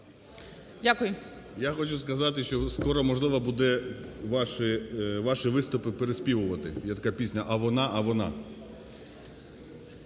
Я хочу сказати, що скоро можливо буде ваші виступи переспівувати. Є така пісня "А вона, а вона…".